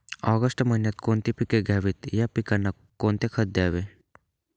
August महिन्यात कोणती पिके घ्यावीत? या पिकांना कोणते खत द्यावे?